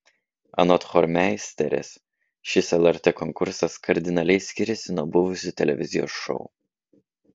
anot chormeisterės šis lrt konkursas kardinaliai skiriasi nuo buvusių televizijos šou